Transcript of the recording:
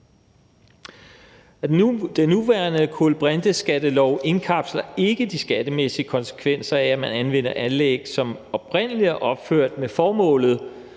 Den nuværende kulbrinteskattelov indkapsler ikke de skattemæssige konsekvenser af, at man anvender anlæg, som oprindeligt er opført med formålet